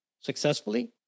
successfully